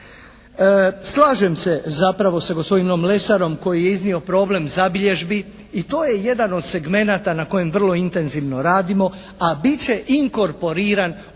Slažem se zapravo sa gospodinom Lesarom koji je iznio problem zabilježbi. I to je jedan od segmenata na kojem vrlo intenzivno radimo. A bit će inkorporiran u Zakon